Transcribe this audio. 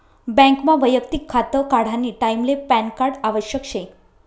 बँकमा वैयक्तिक खातं काढानी टाईमले पॅनकार्ड आवश्यक शे का?